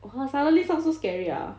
!wah! suddenly some so scary ah